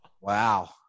Wow